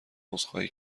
عذرخواهی